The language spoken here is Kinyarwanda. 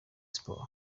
sports